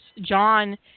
John